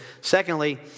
Secondly